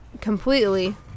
completely